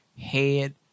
head